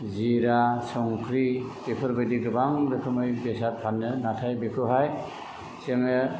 जिरा संख्रि बेफोर बायदि गोबां रोखोमै बेसाद फानो नाथाय बेखौहाय जोङो